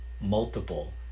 multiple